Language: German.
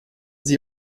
sie